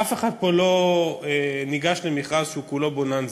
אף אחד פה לא ניגש למכרז שהוא כולו בוננזה.